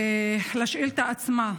לשאילתה עצמה.